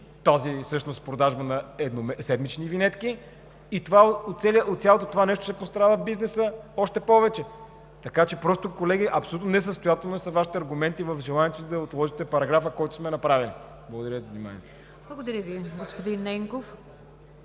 тази продажба на седмични винетки. От цялото това нещо ще пострада бизнесът още повече. Така че, колеги, абсолютно несъстоятелни са Вашите аргументи в желанието си да отложите параграфа, който сме направили. Благодаря за вниманието. ПРЕДСЕДАТЕЛ НИГЯР ДЖАФЕР: Благодаря Ви, господин Ненков.